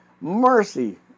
Mercy